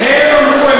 לא אני אומר, הם אמרו.